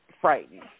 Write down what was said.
frightened